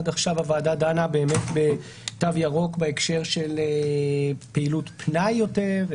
עד עכשיו הוועדה דנה באמת בתו ירוק בהקשר של פעילות פנאי יותר,